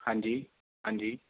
ਹਾਂਜੀ ਹਾਂਜੀ